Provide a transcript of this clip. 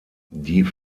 die